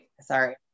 Sorry